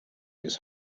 his